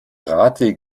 radweg